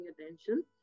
attention